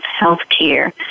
healthcare